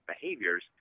behaviors